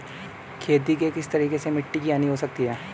खेती के किस तरीके से मिट्टी की हानि हो सकती है?